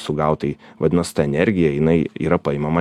sugaut tai vadinas ta energija jinai yra paimama